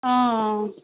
অঁ